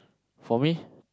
for me